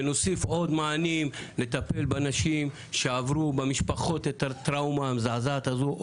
ונוסיף עוד מענים לטפל בנשים שעברו במשפחות את הטראומה המזעזעת הזו,